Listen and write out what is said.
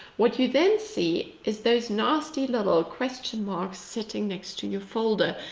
what you then see is those nasty little question marks sitting next to your folder,